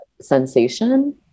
sensation